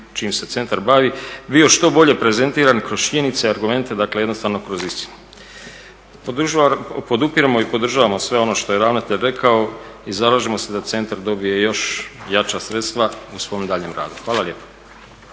čime se centar bavi, bio što bolje prezentiran kroz činjenice i argumente, dakle jednostavno kroz istinu. Podupiremo i podržavamo sve ono što je ravnatelj rekao i zalažemo se da centar dobije još jača sredstva u svom daljnjem radu. Hvala lijepa.